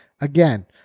again